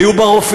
היו בה רופאים,